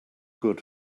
good